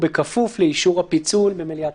הוא בכפוף לאישור הפיצול במליאת